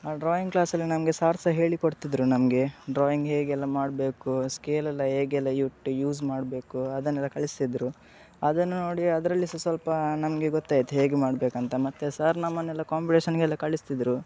ನಾವು ಡ್ರಾಯಿಂಗ್ ಕ್ಲಾಸಲ್ಲಿ ನಮಗೆ ಸಾರ್ ಸಹ ಹೇಳಿಕೊಡ್ತಿದ್ದರು ನಮಗೆ ಡ್ರಾಯಿಂಗ್ ಹೇಗೆಲ್ಲ ಮಾಡಬೇಕು ಸ್ಕೇಲ್ ಎಲ್ಲ ಹೇಗೆಲ್ಲ ಯೂಟ್ ಯೂಸ್ ಮಾಡಬೇಕು ಅದನ್ನೆಲ್ಲ ಕಲಿಸ್ತಿದ್ದರು ಅದನ್ನು ನೋಡಿ ಅದ್ರಲ್ಲಿ ಸಹಾ ಸ್ವಲ್ಪ ನಮಗೆ ಗೊತ್ತಾಯಿತು ಹೇಗೆ ಮಾಡ್ಬೇಕಂತ ಮತ್ತೆ ಸಾರ್ ನಮ್ಮನ್ನೆಲ್ಲ ಕಾಂಪಿಟೇಷನ್ಗೆಲ್ಲ ಕಳಿಸ್ತಿದ್ದರು